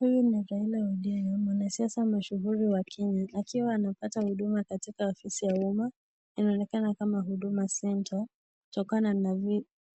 Huyu ni Raila Odinga, mwanasiasa mashuhuri wa nchi wa Kenya, akiwa anapata huduma katika ofisi ya umma. Inaonekana kama Huduma Centre kutokana na